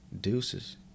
deuces